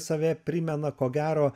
save primena ko gero